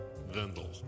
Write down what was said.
Vendel